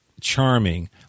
Charming